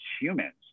humans